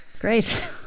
Great